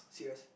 serious